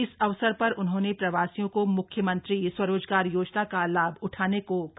इस अवसर पर उन्होंने प्रवासियों को म्ख्यमंत्री स्वरोजगार योजना का लाभ उठाने को कहा